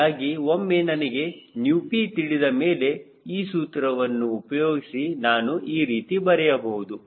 ಹೀಗಾಗಿ ಒಮ್ಮೆ ನನಗೆ ηp ತಿಳಿದಮೇಲೆ ಈ ಸೂತ್ರವನ್ನು ಉಪಯೋಗಿಸಿ ನಾನು ಈ ರೀತಿ ಬರೆಯಬಹುದು